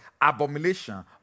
abomination